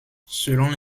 selon